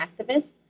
activist